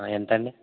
ఎంత అండి